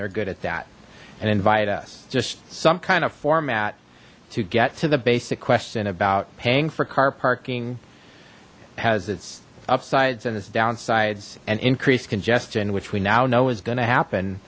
they're good at that and invite us just some kind of format to get to the basic question about paying for car parking has its upsides and its downsides and increased congestion which we now know is going to happen